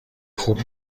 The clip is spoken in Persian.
خوب